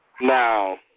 Now